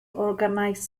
organized